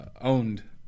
owned